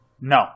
No